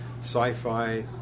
sci-fi